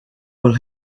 will